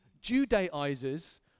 Judaizers